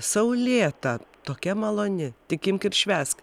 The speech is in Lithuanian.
saulėta tokia maloni tik imk ir švęsk